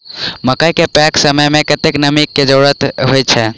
मकई केँ पकै समय मे कतेक नमी केँ जरूरत होइ छै?